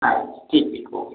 हा ठीके ओके